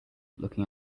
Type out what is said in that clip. looking